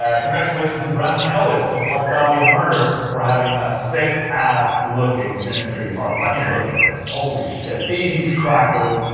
ah congratulations to brandon ellis of black dahlia murder for having a sick-ass looking signature guitar i mean, look at this, holy shit eighty s crackle,